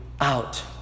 out